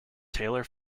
taylor